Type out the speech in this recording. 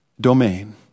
domain